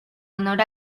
honor